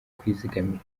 kwizigamira